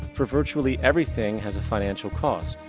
for virtually everything has a financial cause.